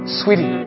sweetie